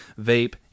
vape